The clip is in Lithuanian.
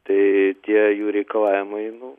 tai tie jų reikalavimai nu